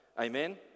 Amen